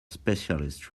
specialist